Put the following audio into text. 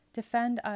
defend